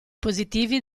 positivi